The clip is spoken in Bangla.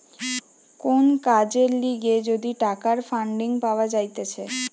কোন কাজের লিগে যদি টাকার ফান্ডিং পাওয়া যাইতেছে